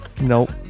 Nope